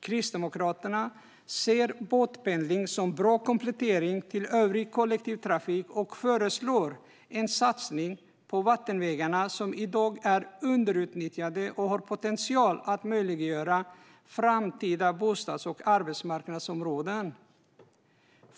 Kristdemokraterna ser båtpendling som bra komplettering till övrig kollektivtrafik och föreslår en satsning på vattenvägarna, som i dag är underutnyttjade och har potential att möjliggöra framtida bostads och arbetsmarknadsområden.